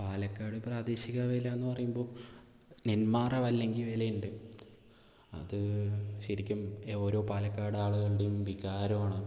പാലക്കാട് പ്രാദേശിക വേലയെന്ന് പറയുമ്പോൾ നെന്മാറ വല്ലങ്ങി വേല ഉണ്ട് അത് ശരിക്കും ഓരോ പാലക്കാട് ആളുകളുടേയും വികാരമാണ്